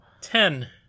Ten